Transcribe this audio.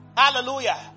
Hallelujah